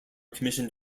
commissioned